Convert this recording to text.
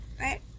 right